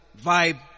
vibe